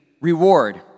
reward